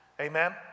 Amen